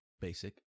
Basic